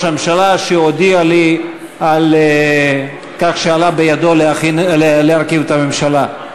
הממשלה שהודיע לי על כך שעלה בידו להרכיב את הממשלה.